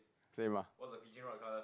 same ah